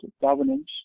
governance